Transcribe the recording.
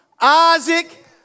isaac